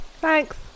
Thanks